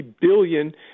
billion